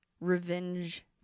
revenge